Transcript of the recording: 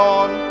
on